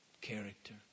character